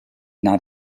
not